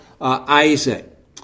Isaac